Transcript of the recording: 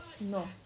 No